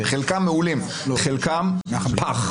מעולים וחלקם פח,